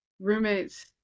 roommates